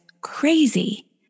crazy